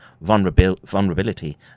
vulnerability